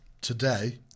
Today